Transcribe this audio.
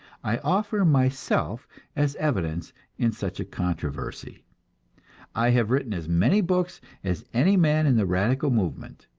i offer myself as evidence in such a controversy i have written as many books as any man in the radical movement,